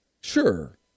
Sure